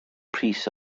pris